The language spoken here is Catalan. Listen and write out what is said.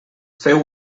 féu